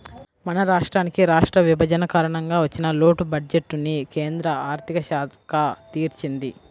మన రాష్ట్రానికి రాష్ట్ర విభజన కారణంగా వచ్చిన లోటు బడ్జెట్టుని కేంద్ర ఆర్ధిక శాఖ తీర్చింది